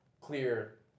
clear